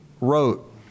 wrote